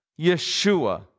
Yeshua